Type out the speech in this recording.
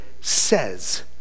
says